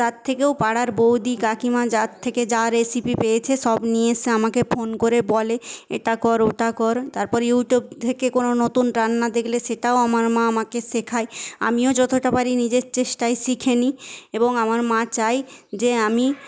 তার থেকেও পাড়ার বউদি কাকিমা যার থেকে যা রেসিপি পেয়েছে সব নিয়ে এসে আমাকে ফোন করে বলে এটা কর ওটা কর তারপর ইউটিউব থেকে কোনো নতুন রান্না দেখলে সেটাও আমার মা আমাকে শেখায় আমিও যতটা পারি নিজের চেষ্টায় শিখে নিই এবং আমার মা চায় যে আমি